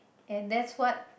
and that's what